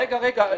רגע, רגע.